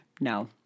No